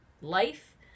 life